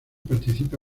participa